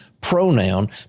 pronoun